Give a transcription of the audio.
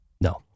No